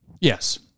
Yes